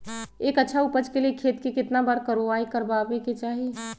एक अच्छा उपज के लिए खेत के केतना बार कओराई करबआबे के चाहि?